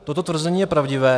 Toto tvrzení je pravdivé.